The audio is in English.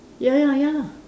ya ya ya lah